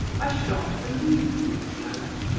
i shan't believe you, you know.